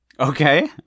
Okay